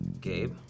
Gabe